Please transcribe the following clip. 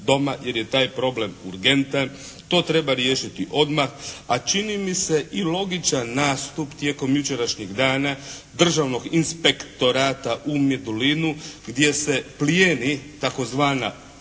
jer je taj problem urgentan, to treba riješiti odmah, a čini mi se i logičan nastup tijekom jučerašnjih dana Državnog inspektorata u Medulinu gdje se plijeni tzv.